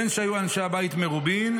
בין שהיו אנשי הבית מרובים,